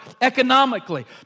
economically